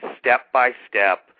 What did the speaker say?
step-by-step